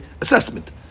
assessment